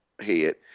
head